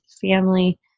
family